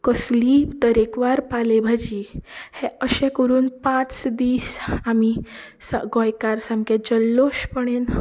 कसलीय तरेकवार पालया भाजी हे अशे करून पांच दीस आमी गोंयकार सामके जल्लोशपणीन